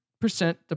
percent